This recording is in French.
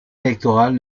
électorale